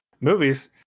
movies